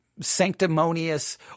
sanctimonious